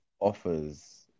offers